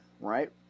Right